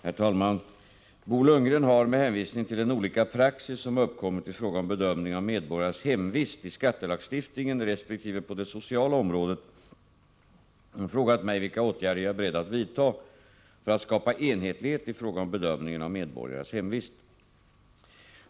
Herr talman! Bo Lundgren har, med hänvisning till den olika praxis som uppkommit i fråga om bedömning av medborgares hemvist i skattelagstiftningen resp. på det sociala området, frågat mig vilka åtgärder jag är beredd att vidta för att skapa enhetlighet i fråga om bedömningen av medborgares hemvist.